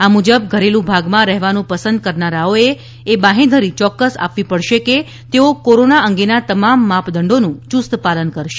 આ મુજબ ઘરેલુ ભાગમાં રહેવાનું પસંદ કરનારાઓએ એ બાંહેધરી ચોક્કસ આપવી પડશે કે તેઓ કોરોના અંગેના તમામ માપદંડોનું યુસ્ત પાલન કરશે